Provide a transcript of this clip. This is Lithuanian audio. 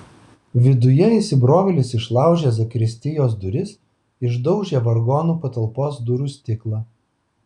viduje įsibrovėlis išlaužė zakristijos duris išdaužė vargonų patalpos durų stiklą